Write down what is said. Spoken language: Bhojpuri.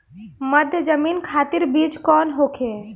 मध्य जमीन खातिर बीज कौन होखे?